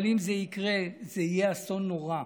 אבל אם זה יקרה, זה יהיה אסון נורא.